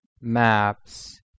maps